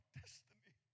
destiny